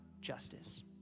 justice